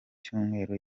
cyumweru